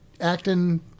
acting